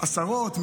עשרות,